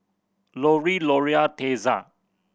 Loree Loria Tessa